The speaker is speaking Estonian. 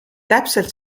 täpselt